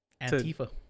Antifa